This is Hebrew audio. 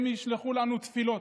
הם ישלחו לנו תפילות.